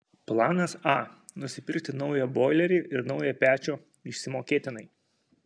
planas a nusipirkti naują boilerį ir naują pečių išsimokėtinai